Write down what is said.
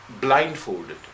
blindfolded